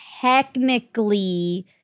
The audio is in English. technically